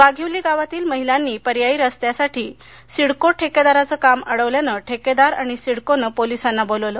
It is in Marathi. वाघिवली गावातील महिलांनी पर्यायी रस्त्यासाठी सिडको ठेकेदाराचे काम अडवल्याने ठेकेदार आणि सिडकोने पोलिसांना बोलावलं